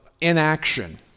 inaction